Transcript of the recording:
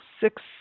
six